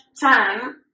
time